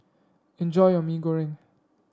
enjoy your Mee Goreng